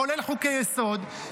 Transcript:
כולל חוקי-יסוד,